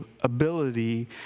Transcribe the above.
ability